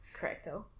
Correcto